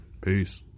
Peace